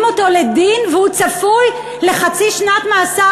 אותו לדין והוא צפוי לחצי שנת מאסר.